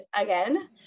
again